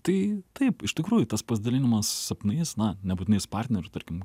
tai taip iš tikrųjų tas pasidalinimas sapnais na nebūtinai su partneriu tarkim